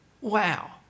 wow